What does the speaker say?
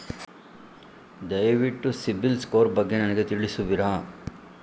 ದಯವಿಟ್ಟು CIBIL score ಬಗ್ಗೆ ನನಗೆ ತಿಳಿಸುವಿರಾ?